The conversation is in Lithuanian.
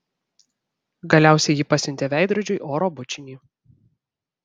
galiausiai ji pasiuntė veidrodžiui oro bučinį